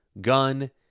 gun